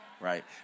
Right